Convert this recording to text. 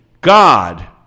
God